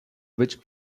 which